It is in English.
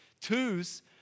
Twos